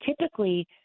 Typically